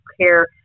care